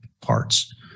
parts